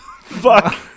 Fuck